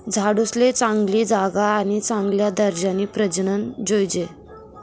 झाडूसले चांगली जागा आणि चांगला दर्जानी प्रजनन जोयजे